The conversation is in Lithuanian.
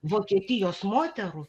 vokietijos moterų